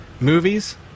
Movies